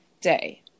day